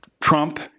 Trump